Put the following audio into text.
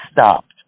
stopped